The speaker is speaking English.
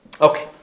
Okay